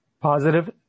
positive